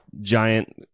giant